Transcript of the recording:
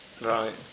Right